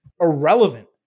irrelevant